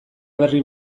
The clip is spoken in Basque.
berri